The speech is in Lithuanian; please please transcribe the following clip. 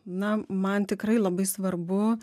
na man tikrai labai svarbu